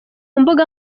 mbuga